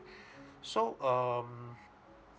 so um